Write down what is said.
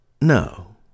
No